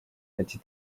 ati